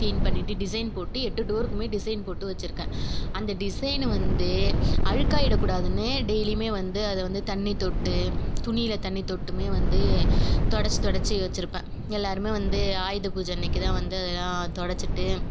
clean பண்ணிவிட்டு design போட்டு எட்டு டோருக்குமே டிசைன் போட்டு வச்சுருக்கேன் அந்த டிசைன் வந்து அழுகாகிட கூடாதுன்னு டெய்லியுமே வந்து அதை வந்து தண்ணி தொட்டு துணியில் தண்ணி தொட்டுமே வந்து துணியில் தண்ணி தொட்டுமே வச்சுருப்பேன் எல்லாேருமே வந்து ஆயுத பூஜை அன்னிக்கு தான் வந்து துடச்சிட்டு